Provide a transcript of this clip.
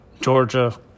Georgia